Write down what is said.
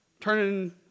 turning